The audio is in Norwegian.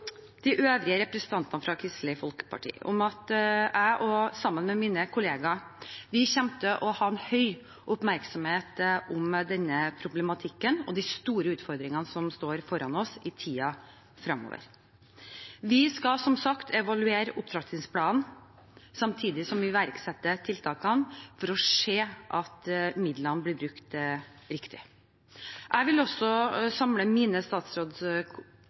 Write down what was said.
de øvrige representantene fra Kristelig Folkeparti om at jeg sammen med mine kolleger kommer til å ha høy oppmerksomhet rundt denne problematikken og de store utfordringene som står foran oss i tiden fremover. Vi skal som sagt evaluere opptrappingsplanen, samtidig som vi iverksetter tiltakene, for å se at midlene blir brukt riktig. Jeg vil også samle mine